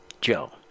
Joe